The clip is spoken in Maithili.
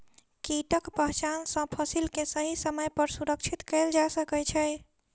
कीटक पहचान सॅ फसिल के सही समय पर सुरक्षित कयल जा सकै छै